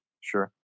Sure